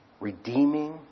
redeeming